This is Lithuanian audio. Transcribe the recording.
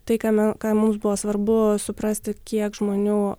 tai kame ką mums buvo svarbu suprasti kiek žmonių